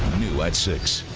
new at six